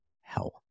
health